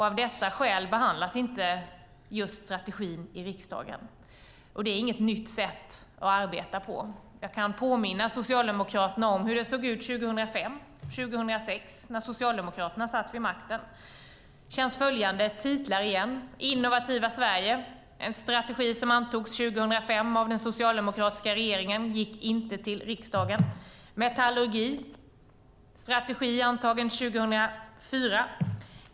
Av dessa skäl behandlas inte just strategin i riksdagen. Det är inget nytt sätt att arbeta på. Jag kan påminna Socialdemokraterna om hur det såg ut 2005 och 2006 när Socialdemokraterna satt vid makten. Känns följande titlar igen? Innovativa Sverige , en strategi som antogs 2005 av den socialdemokratiska regeringen, gick inte till riksdagen. Metallurgi är en strategi antagen 2004.